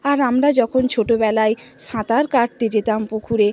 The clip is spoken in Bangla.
আর আমরা যখন ছোটোবেলায় সাঁতার কাটতে যেতাম পুকুরে